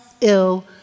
ill